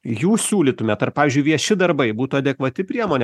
jūs siūlytumėt ar pavyzdžiui vieši darbai būtų adekvati priemonė